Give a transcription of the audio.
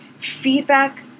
feedback